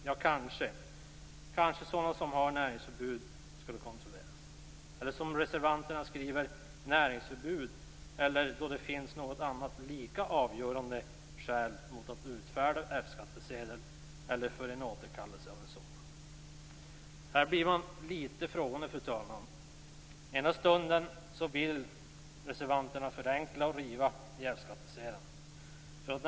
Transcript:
Ja, kanske skall personer med näringsförbud kontrolleras. Eller som reservanterna skriver: "i fråga om näringsförbud, eller då det finns något annat lika avgörande skäl mot att utfärda F-skattsedel eller för återkallelse av en sådan". Här blir man litet frågande, fru talman. Den ena stunden vill reservanterna förenkla och riva hindren för att få F-skattsedel.